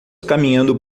caminhando